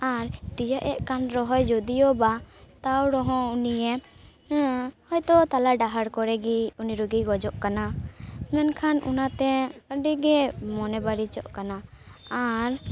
ᱟᱨ ᱛᱤᱭᱟᱹᱜ ᱮᱫ ᱠᱟᱱ ᱨᱮᱦᱚᱸᱭ ᱡᱳᱫᱤᱭᱳ ᱵᱟ ᱛᱟᱣ ᱨᱮᱦᱚᱸ ᱩᱱᱤᱭᱮ ᱦᱳᱭᱛᱳ ᱛᱟᱞᱟ ᱰᱟᱦᱟᱨ ᱠᱚᱨᱮ ᱜᱮ ᱩᱱᱤ ᱨᱩᱜᱤᱭ ᱜᱚᱡᱚᱜ ᱠᱟᱱᱟ ᱢᱮᱱᱠᱷᱟᱱ ᱚᱱᱟ ᱛᱮ ᱟᱹᱰᱤ ᱜᱮ ᱢᱚᱱᱮ ᱵᱟᱹᱲᱤᱡᱤᱜ ᱠᱟᱱᱟ ᱟᱨ